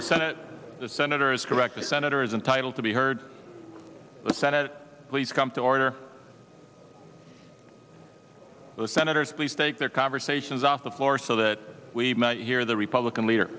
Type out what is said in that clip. senate the senator is correct senator is entitled to be heard the senate please come to order the senators please take their conversations off the floor so that we hear the republican leader